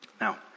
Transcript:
Now